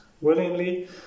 willingly